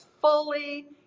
fully